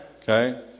Okay